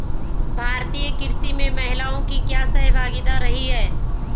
भारतीय कृषि में महिलाओं की क्या सहभागिता रही है?